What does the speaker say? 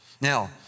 Now